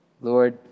Lord